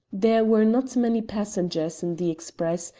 there were not many passengers in the express,